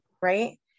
Right